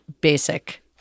basic